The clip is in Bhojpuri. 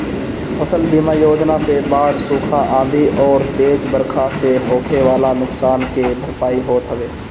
फसल बीमा योजना से बाढ़, सुखा, आंधी अउरी तेज बरखा से होखे वाला नुकसान के भरपाई होत हवे